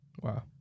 Wow